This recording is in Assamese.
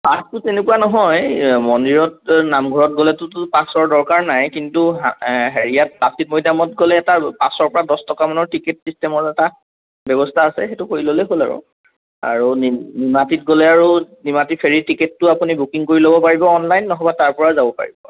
পাছটো তেনেকুৱা নহয় মন্দিৰত নামঘৰত গ'লেতোতো পাছৰ দৰকাৰ নাই কিন্তু হেৰিয়াত মৈদামত গ'লে এটা পাছৰ পৰা দহ টকামানৰ টিকেট চিষ্টেমৰ এটা ব্যৱস্থা আছে সেইটো কৰি ল'লে হ'ল আৰু আৰু নিমাটিত গ'লে আৰু নিমাটিত ফেৰি টিকেটটো আপুনি বুকিং কৰি ল'ব পাৰিব অনলাইন নহ'ব তাৰ পৰাও যাব পাৰিব